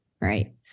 right